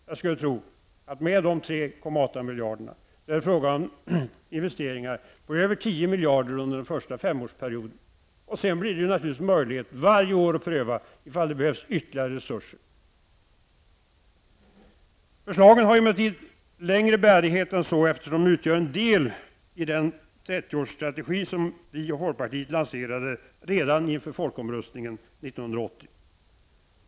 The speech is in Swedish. Jag skulle tro att med de 3,8 miljarder kronorna blir det fråga om investeringar på över 10 miljarder kronor under den första femårsperioden. Sedan blir det naturligtvis möjligt att varje år pröva om det behövs ytterligare resurser. Förslagen har emellertid längre bärighet än så eftersom de utgör en del av den 30 årsstrategi som vi och folkpartiet lanserade redan inför folkomröstningen 1980.